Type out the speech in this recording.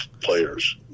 players